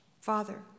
Father